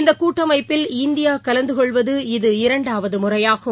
இந்த கூட்டமைப்பில் இந்தியா கலந்துகொள்வது இது இரண்டாவது முறையாகும்